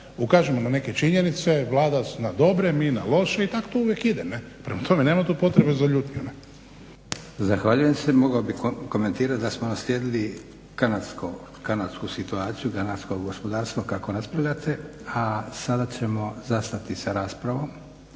ukažemo na neke činjenice. Vlada na dobre, mi na loše i tak to uvek ide, ne. Prema tome, nema tu potrebe za ljutnju. Ne? **Leko, Josip (SDP)** Zahvaljujem se. Mogao bih komentirati da smo naslijedili kanadsku situaciju, kanadskog gospodarstva kako raspravljate, a sada ćemo zastati sa raspravom.